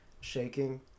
shaking